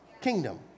kingdom